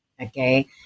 Okay